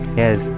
yes